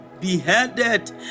beheaded